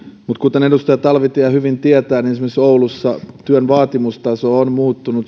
mutta kuten edustaja talvitie hyvin tietää esimerkiksi oulussa työn vaatimustaso on muuttunut